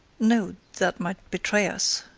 no that might betray us.